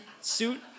suit